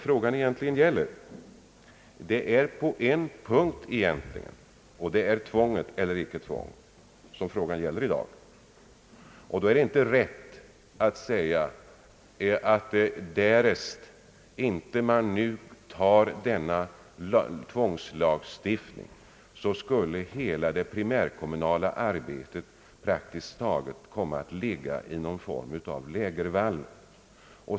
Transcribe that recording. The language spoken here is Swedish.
Frågan i dag gäller egentligen en sak: tvång eller inte tvång. Då är det inte rätt att säga att därest vi inte nu antar denna tvångslagstiftning skulle hela det primärkommunala arbetet praktiskt taget hamna i någon form av lägervall.